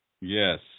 Yes